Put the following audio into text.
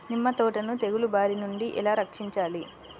నిమ్మ తోటను తెగులు బారి నుండి ఎలా రక్షించాలి?